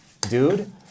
Dude